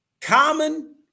Common